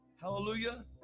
Hallelujah